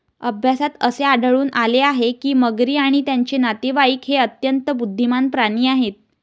अभ्यासात असे आढळून आले आहे की मगरी आणि त्यांचे नातेवाईक हे अत्यंत बुद्धिमान प्राणी आहेत